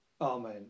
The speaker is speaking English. Amen